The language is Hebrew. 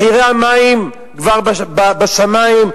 מחירי המים כבר בשמים,